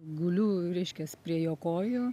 guliu reiškias prie jo kojų